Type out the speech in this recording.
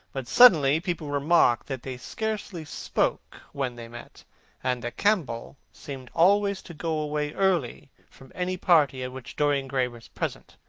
but suddenly people remarked that they scarcely spoke when they met and that campbell seemed always to go away early from any party at which dorian gray was present.